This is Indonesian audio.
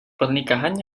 pernikahan